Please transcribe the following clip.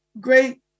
great